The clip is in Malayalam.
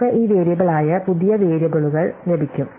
നമുക്ക് ഈ വേരിയബിളായ പുതിയ വേരിയബിളുകൾ ലഭിക്കും